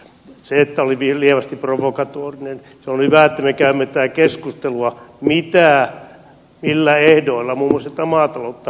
se on hyvä että me käymme tätä keskustelua millä ehdoilla muun muassa maataloutta harjoitetaan